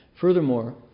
Furthermore